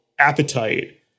appetite